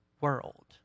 world